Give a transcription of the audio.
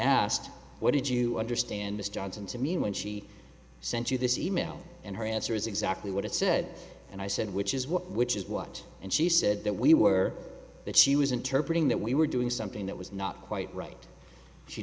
asked what did you understand this johnson to mean when she sent you this e mail and her answer is exactly what it said and i said which is what which is what and she said that we were that she was interpreted that we were doing something that was not quite right she